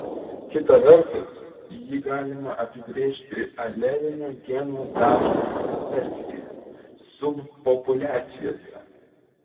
kita vertus jį galima apibrėžti alelinio geno dažnio dispersija subpopuliacijose